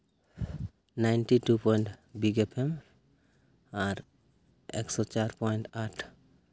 ninety two point big FM ᱟᱨ ᱮᱹᱠᱥᱚ ᱪᱟᱨ ᱯᱚᱭᱮᱱᱴ ᱟᱴ